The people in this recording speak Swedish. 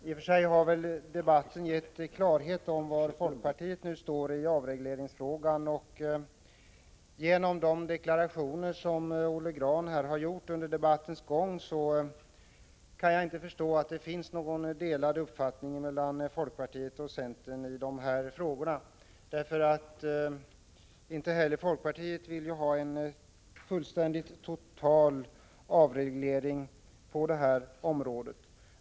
I och för sig har väl debatten givit klarhet om var folkpartiet nu står i avregleringsfrågan, och efter de deklarationer som Olle Grahn har gjort under debattens gång kan jag inte förstå att det finns några delade uppfattningar mellan folkpartiet och centern i dessa frågor. Inte heller folkpartiet vill ha en total avreglering på området.